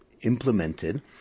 implemented